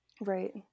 Right